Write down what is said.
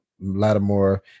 Lattimore